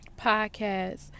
podcast